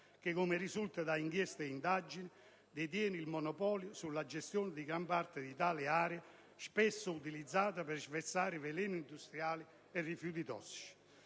che, come risulta da inchieste ed indagini, detiene il monopolio sulla gestione di gran parte di tali aree, spesso utilizzate per sversarvi veleni industriali e rifiuti tossici.